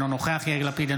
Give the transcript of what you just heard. אינו נוכח יאיר לפיד,